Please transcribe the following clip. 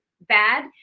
bad